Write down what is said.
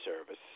service